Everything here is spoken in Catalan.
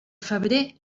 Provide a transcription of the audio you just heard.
febrer